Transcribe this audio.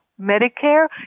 Medicare